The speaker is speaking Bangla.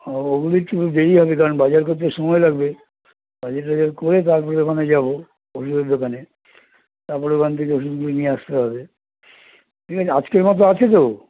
ও ওগুলো একটুকু দেরি হবে কারণ বাজার করতে সময় লাগবে বাজার টাজার করে তার পরে ওখানে যাব ওষুধের দোকানে তার পরে ওখান থেকে ওষুধগুলো নিয়ে আসতে হবে ঠিক আছে আজকের মতো আছে তো